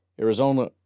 Arizona